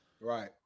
Right